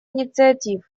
инициатив